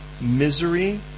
misery